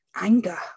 anger